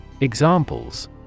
Examples